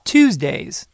Tuesdays